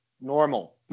normal